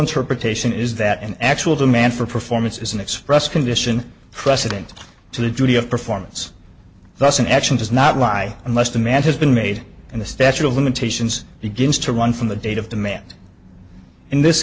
interpretation is that an actual demand for performance is an express condition precedent to the duty of performance thus an action does not lie unless demand has been made and the statute of limitations begins to run from the date of demand in this